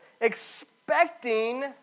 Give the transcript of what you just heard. Expecting